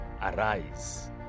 Arise